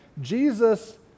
Jesus